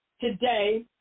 today